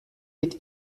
mit